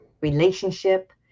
relationship